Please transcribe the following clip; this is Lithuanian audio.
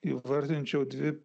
įvardinčiau dvi